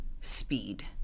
speed